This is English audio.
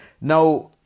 Now